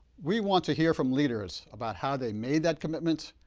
we want to hear from leaders about how they made that commitment,